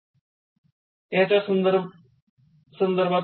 " याचा संधारब दिला आहे